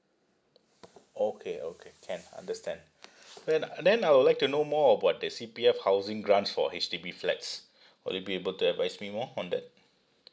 okay okay can understand then then I would like to know more about the C_P_F housing grants for H_D_B flats will you be able to advise me more on that